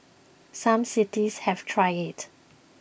some cities have tried it